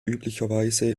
üblicherweise